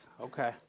Okay